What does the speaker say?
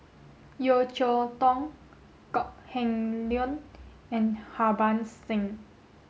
Yeo Cheow Tong Kok Heng Leun and Harbans Singh